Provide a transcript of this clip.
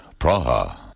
Praha